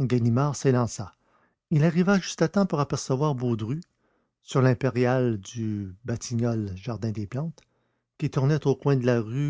ganimard s'élança il arriva juste à temps pour apercevoir baudru sur l'impériale de batignolles jardin des plantes qui tournait au coin de la rue